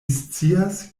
scias